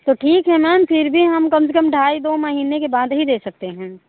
तो ठीक है मैम फिर भी हम कम से कम ढाई दो महीने के बाद ही दे सकते हैं